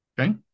Okay